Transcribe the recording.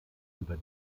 über